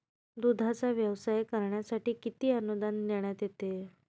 दूधाचा व्यवसाय करण्यासाठी किती अनुदान देण्यात येते?